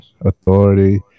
authority